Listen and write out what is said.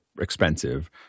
expensive